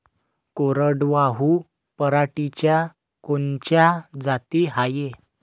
कोरडवाहू पराटीच्या कोनच्या जाती हाये?